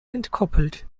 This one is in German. entkoppelt